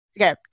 Okay